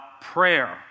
prayer